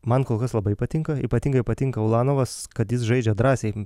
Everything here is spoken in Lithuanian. man kol kas labai patinka ypatingai patinka ulanovas kad jis žaidžia drąsiai